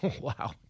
Wow